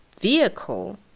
vehicle